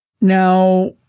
Now